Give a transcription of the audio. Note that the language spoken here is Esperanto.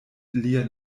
lia